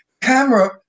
Camera